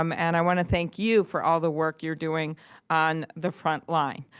um and i want to thank you for all the work you're doing on the front line.